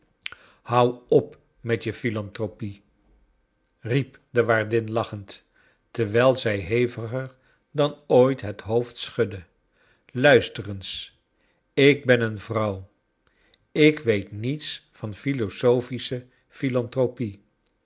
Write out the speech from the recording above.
houd op met je phxlantropie riep de waardin lachend terwijl zij heviger dan ooit het hoofd schudde luister eens ik ben een vrouw ik ik weet niets van philosophische philantropie